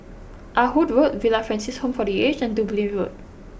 Ah Hood Road Villa Francis Home for the Aged and Dublin Road